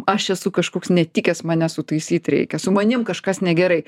aš esu kažkoks netikęs mane sutaisyt reikia su manim kažkas negerai